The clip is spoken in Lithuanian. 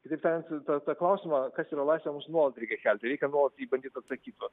kitaip tariant tą tą klausimą kas yra laisvė mums nuolat reikia kelti reikia nuolat jį bandyt atsakyt